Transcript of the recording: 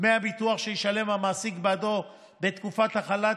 דמי הביטוח שישלם המעסיק בעדו בתקופת החל"ת